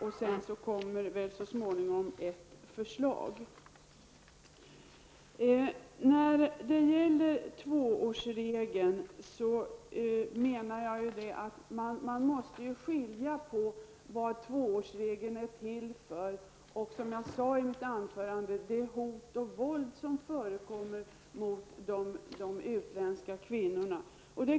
Så småningom läggs det väl fram ett förslag. När det gäller tvåårsregeln menar jag att man måste skilja på vad tvåårsregeln är till för. Som jag sade i mitt anförande är det hot och våld som förekommer mot de utländska kvinnorna.